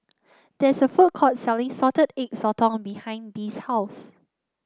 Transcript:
there is a food court selling Salted Egg Sotong behind Bee's house